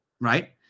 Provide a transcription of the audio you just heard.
right